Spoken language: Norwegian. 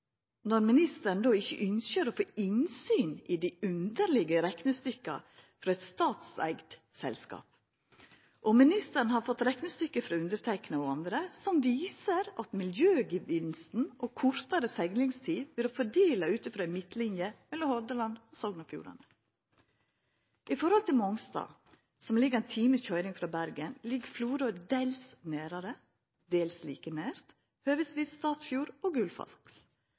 når ministeren ikkje ønskjer å få innsyn i dei underlege reknestykka frå eit statseigd selskap. Ministeren har fått reknestykke frå underteikna og andre som viser miljøgevinsten – og kortare seglingstid – ved å fordela ut frå ei midtlinje mellom Hordaland og Sogn og Fjordane. I forhold til Mongstad – som ligg ein times køyring frå Bergen – ligg Florø dels nærare, dels like nær høvesvis Statfjord og Gullfaks.